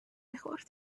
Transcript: میخوردیم